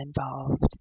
involved